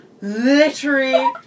literary